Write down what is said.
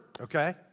okay